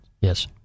yes